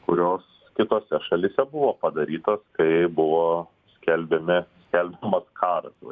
kurios kitose šalyse buvo padarytos kai buvo skelbiami skelbiamas karas va